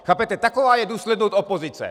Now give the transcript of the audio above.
Chápete, taková je důslednost opozice.